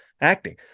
acting